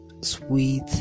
sweet